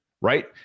Right